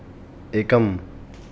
एकम्